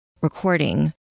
recording